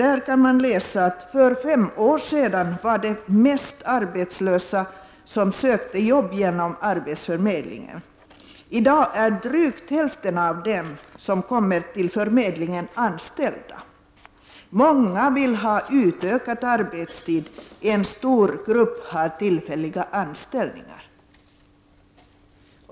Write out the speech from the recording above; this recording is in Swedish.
Man kan däri läsa att det för fem år sedan var mest arbetslösa som sökte jobb genom förmedlingen, medan i dag drygt hälften av dem som kommer till förmedlingen är anställda. Många vill ha en utökad arbetstid, och en stor grupp har tillfälliga anställningar.